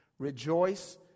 Rejoice